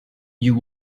you